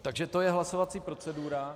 Takže to je hlasovací procedura.